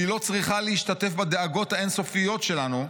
שהיא לא צריכה להשתתף בדאגות האין-סופיות שלנו,